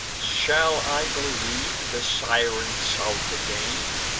shall i believe the siren south again,